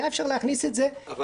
היה אפשר להכניס את זה באופן --- אבל